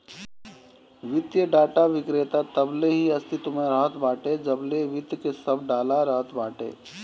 वित्तीय डाटा विक्रेता तबले ही अस्तित्व में रहत बाटे जबले वित्त के सब डाला रहत बाटे